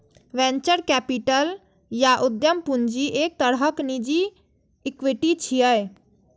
venture capital या उद्यम पूंजी एक तरहक निजी इक्विटी छियै